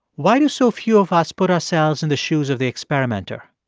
why do so few of us put ourselves in the shoes of the experimenter?